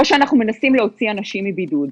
או שאנחנו מנסים להוציא אנשים מבידוד.